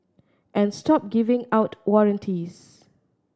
and stop giving out warranties